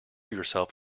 yourself